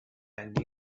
ten